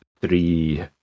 three